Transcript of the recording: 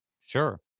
Sure